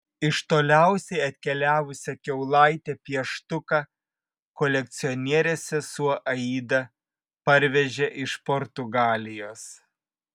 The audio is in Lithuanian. iš toliausiai atkeliavusią kiaulaitę pieštuką kolekcionierės sesuo aida parvežė iš portugalijos